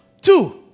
Two